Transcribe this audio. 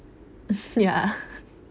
ya